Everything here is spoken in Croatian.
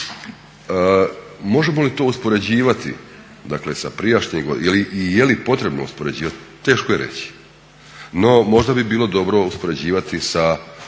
Možemo li to uspoređivati sa prijašnjim godinama i je li potrebno uspoređivati teško je reći, no možda bi bilo dobro uspoređivati sa inozemnim